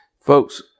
Folks